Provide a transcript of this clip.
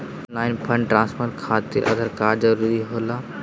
Online fund transfer खातिर Aadhaar card जरूरी होला?